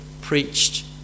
preached